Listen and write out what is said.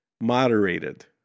moderated